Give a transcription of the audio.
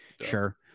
Sure